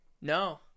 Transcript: no